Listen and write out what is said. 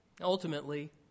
Ultimately